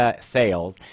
sales